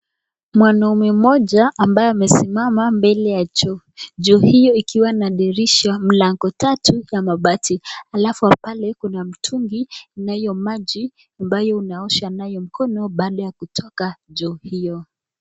Mwanaume moja ambaye amesimama mbele ya choo, choo hio ikiwa na dirisha mlango tatu na mabati, alafu pale kuna mtungi na hio maji ambayo unaosha nayo mkono baada ya kutoka choo hiyo.